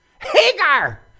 Hagar